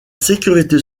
sécurité